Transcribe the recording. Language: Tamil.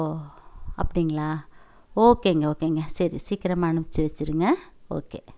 ஓ அப்படீங்களா ஓகேங்க ஓகேங்க சரி சீக்கிரமாக அனுப்புச்சு வெச்சுருங்க ஓகே